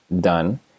done